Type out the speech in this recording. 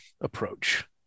approach